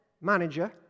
manager